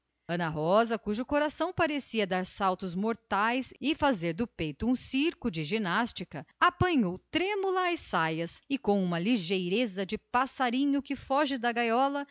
ana rosa cujo coração fazia do seu peito um círculo de ginástica apanhou trêmula as saias e com uma ligeireza de pássaro que foge da gaiola